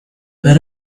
but